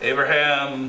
Abraham